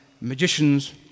magicians